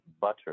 butter